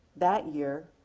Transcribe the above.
that year,